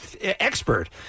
expert